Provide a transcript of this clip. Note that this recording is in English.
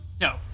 No